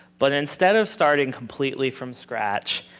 but instead of starting completely from scratch,